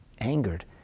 angered